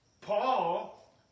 Paul